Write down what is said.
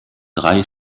drei